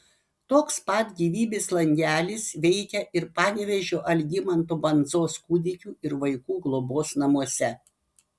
toks pat gyvybės langelis veikia ir panevėžio algimanto bandzos kūdikių ir vaikų globos namuose